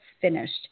finished